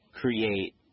create